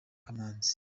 kamanzi